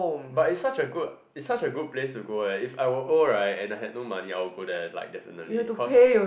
but it's such a good it's such a good place to go leh if I will old and I had no money I will go there like definitely cause